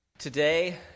Today